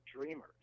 dreamers